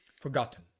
forgotten